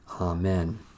Amen